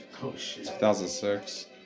2006